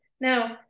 Now